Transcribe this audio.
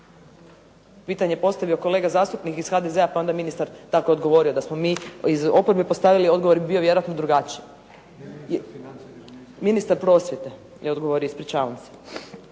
Pitanje je postavio kolega zastupnik iz HDZ-a pa je onda ministar tako odgovorio. Da smo mi iz oporbe postavili odgovor bi bio vjerojatno drugačiji. … /Upadica se ne razumije./